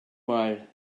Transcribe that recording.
mal